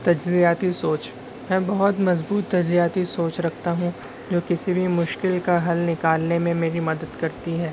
تجزیاتی سوچ میں بہت مضبوط تجزیاتی سوچ رکھتا ہوں جو کسی بھی مشکل کا حل نکالنے میں میری مدد کرتی ہے